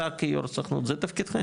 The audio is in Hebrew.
אתה, כיו"ר הסוכנות, זה תפקידכם.